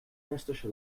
westerse